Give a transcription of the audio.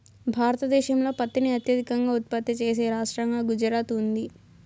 భారతదేశంలో పత్తిని అత్యధికంగా ఉత్పత్తి చేసే రాష్టంగా గుజరాత్ ఉంది